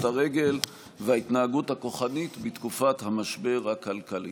הרגל וההתנהגות הכוחנית בתקופת משבר כלכלי.